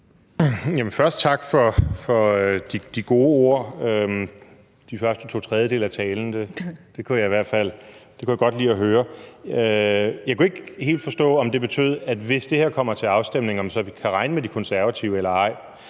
Først tak for de gode ord de første to tredjedele af talen; det kunne jeg godt lide at høre. Jeg kunne ikke helt forstå, om det betød, at hvis det her kommer til afstemning, vil vi kunne regne med De Konservative eller ej.